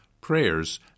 prayers